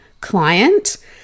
client